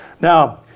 Now